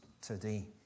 today